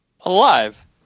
Alive